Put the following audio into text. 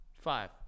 Five